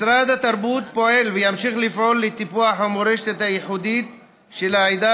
משרד התרבות פועל וימשיך לפעול לטיפוח המורשת הייחודית של העדה